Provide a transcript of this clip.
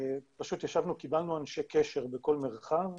פשוט ישבנו, קיבלנו אנשי קשר בכל מרחב,